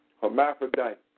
Hermaphrodite